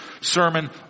sermon